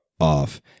off